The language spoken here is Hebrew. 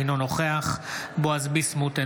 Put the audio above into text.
אינו נוכח בועז ביסמוט,